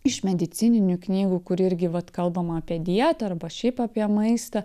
iš medicininių knygų kur irgi vat kalbama apie dietą arba šiaip apie maistą